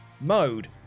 mode